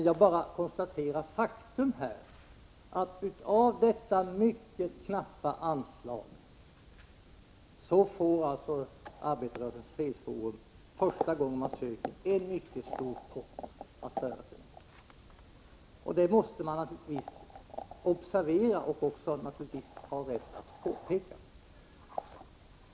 Jag bara konstaterar faktum, att av detta mycket knappa anslag får Arbetarrörelsens fredsforum första gången man söker pengar en mycket stor pott att röra sig med. Det måste man naturligtvis observera och även ha rätt att påpeka.